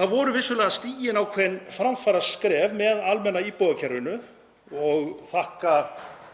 Það voru vissulega stigin ákveðin framfaraskref með almenna íbúðakerfinu og þakka